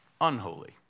unholy